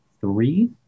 three